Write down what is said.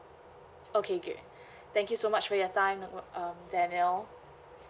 okay great thank you so much for your time uh um daniel